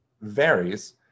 varies